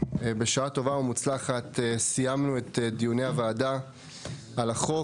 בשעה טובה ומוצלחת סיימנו את דיוני הוועדה על החוק.